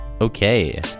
okay